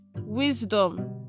wisdom